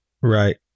Right